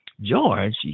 George